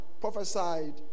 prophesied